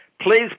please